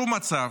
שום מצב,